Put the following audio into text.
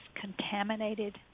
contaminated